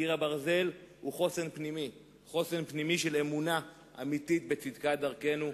קיר הברזל הוא חוסן פנימי של אמונה אמיתית בצדקת דרכנו,